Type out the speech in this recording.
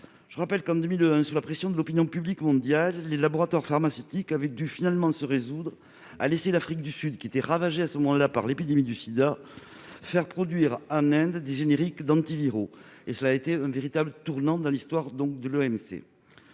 le monde. En 2001, sous la pression de l'opinion publique mondiale, les laboratoires pharmaceutiques avaient finalement dû se résoudre à laisser l'Afrique du Sud, ravagée par l'épidémie de Sida, faire produire en Inde des génériques d'antiviraux. Ce fut un véritable tournant dans l'histoire des